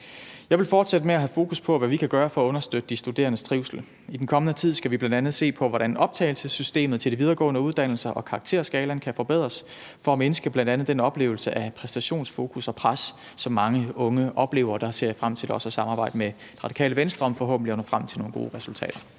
Jeg vil fortsætte med at have fokus på, hvad vi kan gøre for at understøtte de studerendes trivsel. I den kommende tid skal vi bl.a. se på, hvordan optagelsessystemet til de videregående uddannelser og karakterskalaen kan forbedres for at mindske bl.a. den oplevelse at have et præstationsfokus og –pres, som mange unge oplever, og der ser jeg frem til, at der også er et samarbejde med Radikale Venstre om forhåbentlig at nå frem til nogle gode resultater.